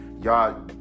y'all